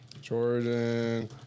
Jordan